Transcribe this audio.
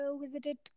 visited